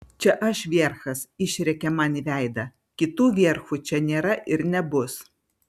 čia aš vierchas išrėkė man į veidą kitų vierchų čia nėra ir nebus